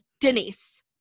Denise